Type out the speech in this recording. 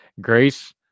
grace